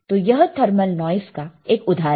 तो यह thermal noise का एक उदाहरण है